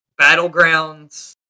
battlegrounds